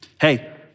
Hey